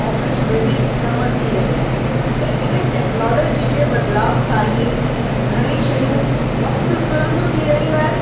office में बि कमु थी रहिया आहिनि त इन टेक्नोलॉजी जे बदलाव सां ही घणे शयूं वक़्तु सुरब थी रहियूं आहिनि